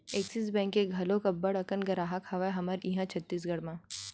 Axis bank के घलोक अब्बड़ अकन गराहक हवय हमर इहाँ छत्तीसगढ़ म